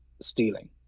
stealing